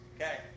Okay